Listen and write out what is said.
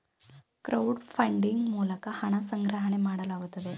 crowd funding ಮೂಲಕ ಹಣ ಸಂಗ್ರಹಣೆ ಮಾಡಲಾಗುತ್ತದೆ